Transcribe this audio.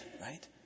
right